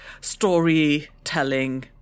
storytelling